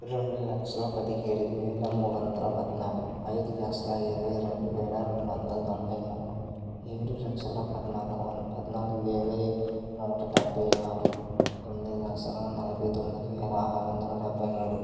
రెండు లక్షల పదిహేడు వేల మూడొందల పద్నాలుగు ఐదు లక్షలా ఇరవై రెండు వేల రెండొందల తొంభై మూడు ఏడు లక్షల పద్నాలుగు వం పద్నాలుగు వేల నూట డెబ్భై ఆరు ఎనిమిది లక్షల నలభై తొమ్మిది వేల ఆరు వందల డెబ్భై మూడు